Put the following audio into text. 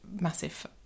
massive